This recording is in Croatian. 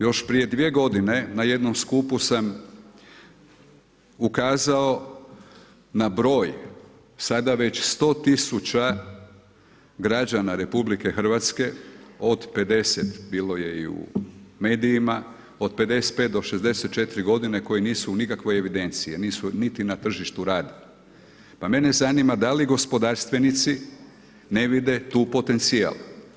Još prije dvije godine na jednom skupu sam ukazao na broj sada već 100 000 građana RH od 50, bilo je i u medijima, od 55 do 64 g. koje nisu u nikakvoj evidenciji a nisu niti na tržištu rada, pa mene zanima da li gospodarstvenici ne vide tu potencijal?